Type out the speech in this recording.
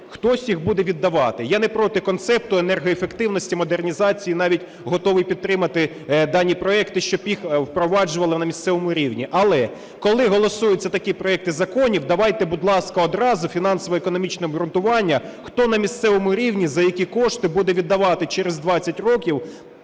хтось їх буде віддавати. Я не проти концепту енергоефективності, модернізації, і навіть готовий підтримати дані проекти, щоб їх впроваджували на місцевому рівні. Але коли голосуються такі проекти законів, давайте, будь ласка, одразу фінансово-економічне обґрунтування, хто на місцевому рівні, за які кошти буде віддавати через 20 років